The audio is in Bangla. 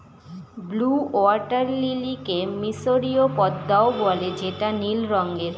ব্লউ ওয়াটার লিলিকে মিসরীয় পদ্মাও বলে যেটা নীল রঙের